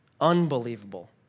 unbelievable